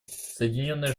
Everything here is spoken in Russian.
соединенные